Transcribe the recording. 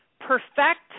perfect